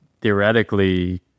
theoretically